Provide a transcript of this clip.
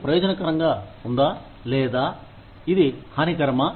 ఇది ప్రయోజనకరంగా ఉందా లేదా ఇది హానికరమా